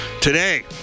today